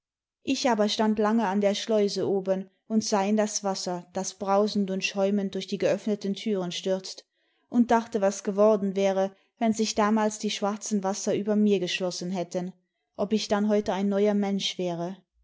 ich aber stand lange an der schleuse oben und sah in das wasser das brausend und schäumend durch die geöffneten türen stürzt und dadite was geworden wäre wenn sich damals die sdiwarzen wasser über mir geschlossen hätten ob ich dann heute ein neuer mensch wäre